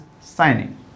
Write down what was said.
signing